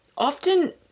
often